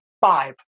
five